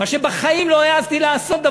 מה שבחיים לא העזתי לעשות,